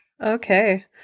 Okay